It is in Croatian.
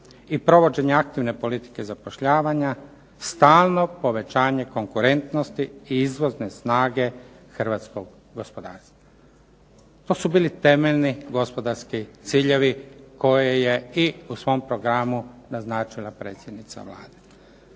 i provođenje aktivne politike zapošljavanja, stalno povećanje konkurentnosti i izvozne snage hrvatskog gospodarstva. To su bili temeljni gospodarski ciljevi koje je i u svom programu naznačila predsjednica Vlade.